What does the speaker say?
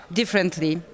differently